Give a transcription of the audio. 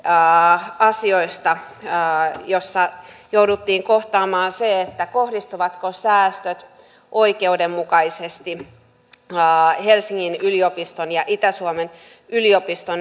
da asioista jää jossa jouduttiin kohtaamaan se että kohdistuvatko säästöt oikeudenmukaisesti laa ei helsingin yliopiston ja itä suomen yliopiston